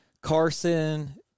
Carson